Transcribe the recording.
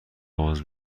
باز